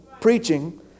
preaching